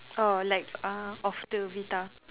err like uh of the Vita